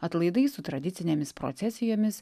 atlaidai su tradicinėmis procesijomis